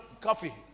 coffee